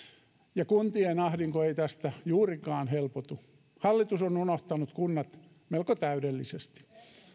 ja kuntien ahdinko ei tästä juurikaan helpotu hallitus on unohtanut kunnat melko täydellisesti